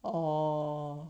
orh